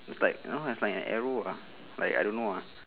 is like um it's like an arrow lah like I don't know uh